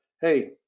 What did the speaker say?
hey